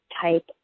type